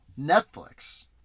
Netflix